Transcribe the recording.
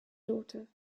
daughter